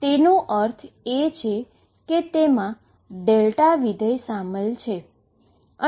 તેનો અર્થ એ કે તેમાં δ ફંક્શન સામેલ છે